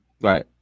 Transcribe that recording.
right